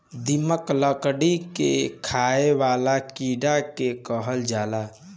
दीमक, लकड़ी के खाए वाला कीड़ा के कहल जाला